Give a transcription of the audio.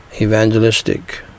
Evangelistic